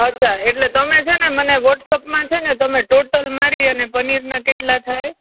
અચ્છા એટલે તમે છે ને મને વોટ્સઅપમાં છે ને તમે ટોટલ મારી અને પનીરના કેટલા થાય